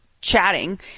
chatting